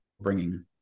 bringing